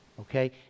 Okay